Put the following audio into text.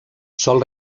sol